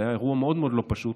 זה היה אירוע מאוד מאוד לא פשוט,